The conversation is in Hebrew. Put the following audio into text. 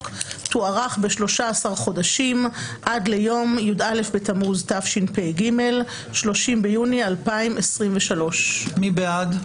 תוארך ב-13 חודשים עד ליום י"א בתמוז התשפ"ג (30 ביוני 2023). מי בעד?